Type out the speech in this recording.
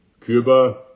Cuba